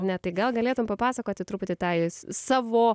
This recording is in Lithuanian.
ne tai gal galėtum papasakoti truputį tą savo